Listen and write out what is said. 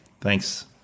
Thanks